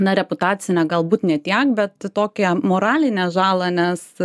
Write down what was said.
na reputacinę galbūt ne tiek bet tokią moralinę žalą nes